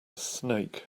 snake